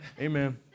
Amen